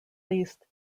least